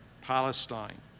Palestine